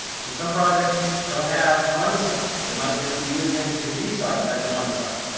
so some projects don't have a money site, they might just be using the g site as the money site.